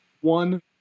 one –